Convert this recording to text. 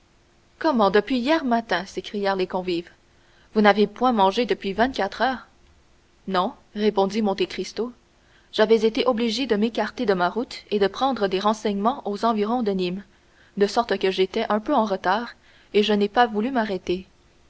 comment depuis hier matin s'écrièrent les convives vous n'avez point mangé depuis vingt-quatre heures non répondit monte cristo j'avais été obligé de m'écarter de ma route et de prendre des renseignements aux environs de nîmes de sorte que j'étais un peu en retard et je n'ai pas voulu m'arrêter